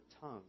tongue